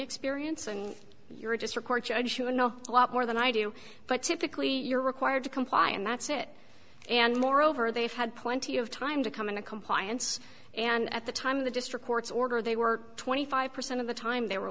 experience and you're just record judge who know a lot more than i do but typically you're required to comply and that's it and moreover they've had plenty of time to come into compliance and at the time of the district court's order they were twenty five percent of the time they were